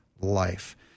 life